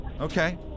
Okay